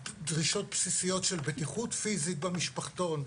דרישות בסיסיות של בטיחות פיזית במשפחתון.